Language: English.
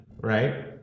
right